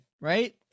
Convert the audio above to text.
right